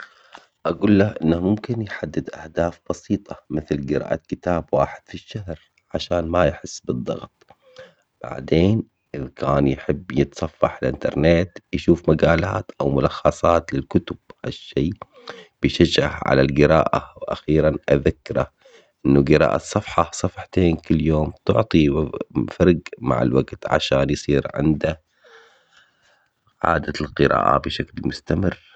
اقول له انه ممكن يحدد اهداف بسيطة مثل قراءة كتاب واحد في الشهر عشان ما يحس بالضغط. بعدين يحب يتصفح الانترنت يشوف مجالات او ملخصات للكتب الشيء. بيشجع على القراءة واخيرا اذكره الصفحة صفحتين كل يوم تعطي فرق مع الوقت عشان يصير عنده عادة القراءة بشكل مستمر